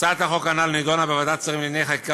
הצעת החוק הנ"ל נדונה בוועדת השרים לענייני חקיקה